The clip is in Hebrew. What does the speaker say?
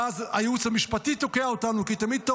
ואז הייעוץ המשפטי תוקע אותנו כי תמיד טוב